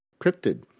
cryptid